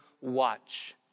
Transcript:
watch